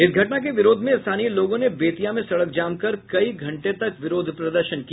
इस घटना के विरोध में स्थानीय लोगों ने बेतिया में सड़क जाम कर कई घंटे तक विरोध प्रदर्शन किया